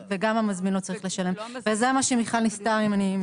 זה מה שמיכל ניסתה לומר.